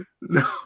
no